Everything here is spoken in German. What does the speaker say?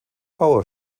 baur